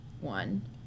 one